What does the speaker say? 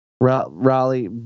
raleigh